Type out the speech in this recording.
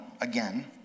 again